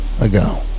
ago